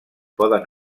poden